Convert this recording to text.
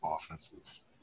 offenses